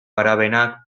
parabenak